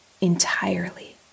entirely